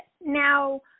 Now